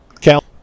Cal